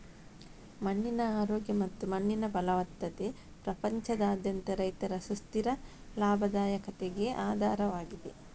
ಮಣ್ಣಿನ ಆರೋಗ್ಯ ಮತ್ತು ಮಣ್ಣಿನ ಫಲವತ್ತತೆ ಪ್ರಪಂಚದಾದ್ಯಂತ ರೈತರ ಸುಸ್ಥಿರ ಲಾಭದಾಯಕತೆಗೆ ಆಧಾರವಾಗಿದೆ